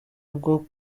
bwo